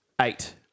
Eight